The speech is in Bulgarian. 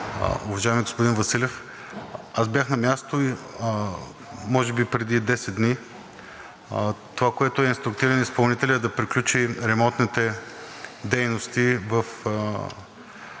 Уважаеми господин Василев, аз бях на място може би преди 10 дни. Това, за което е инструктиран изпълнителят, е да приключи ремонтните дейности в